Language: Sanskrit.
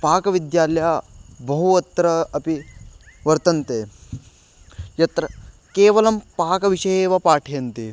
पाकविद्यालयः बहु अत्र अपि वर्तन्ते यत्र केवलं पाकविषये एव पाठयन्ति